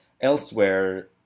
elsewhere